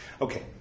Okay